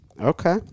Okay